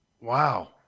Wow